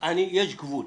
יש גבול,